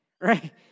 Right